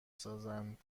سازند